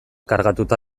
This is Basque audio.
kargatuta